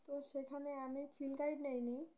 তো সেখানে আমি ফিল্ড গাইড নিই নি